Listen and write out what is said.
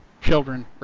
children